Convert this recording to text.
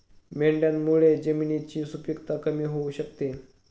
मेंढ्यांमुळे जमिनीची सुपीकता कमी होऊ शकते